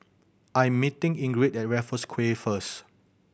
I am meeting Ingrid at Raffles Quay first